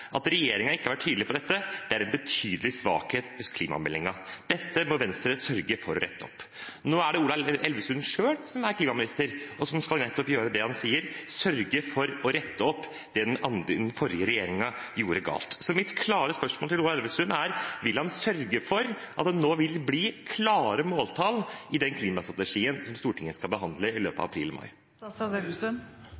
At regjeringen ikke har vært tydelig på dette, er en betydelig svakhet i klimameldingen. Dette må Venstre sørge for å rette opp. Nå er det Ola Elvestuen selv som er klimaminister, og som skal gjøre nettopp det han sier, å sørge for å rette opp det den forrige regjeringen gjorde galt. Så mitt klare spørsmål til Ola Elvestuen er: Vil han sørge for at det nå vil bli klare måltall i den klimastrategien som Stortinget skal behandle i løpet